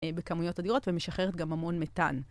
בכמויות אדירות ומשחררת גם המון מתאן.